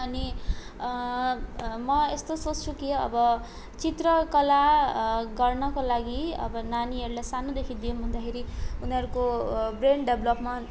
अनि म यस्तो सोच्छु कि अब चित्रकला गर्नको लागि अब नानीहरूले सानोदेखि दियौँ भन्दाखेरि उनीहरूको ब्रेन डेभलपमा